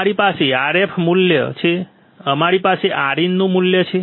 અમારી પાસે Rf મૂલ્ય છે અમારી પાસે Rin નું મૂલ્ય છે